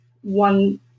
one